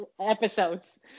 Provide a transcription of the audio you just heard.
episodes